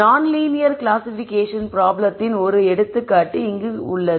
நான் linear classification ப்ராப்ளத்தின் ஒரு எடுத்துக்காட்டு இங்கு உள்ளது